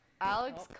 Alex